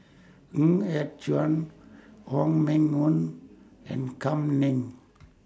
Ng Yat Chuan Wong Meng Voon and Kam Ning